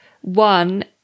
One